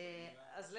אני יכול